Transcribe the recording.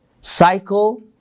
cycle